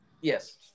Yes